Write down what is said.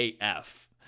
AF